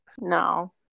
No